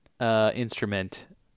instrument